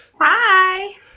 Hi